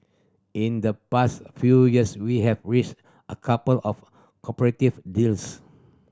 in the past few years we have reached a couple of cooperative deals